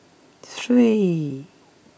three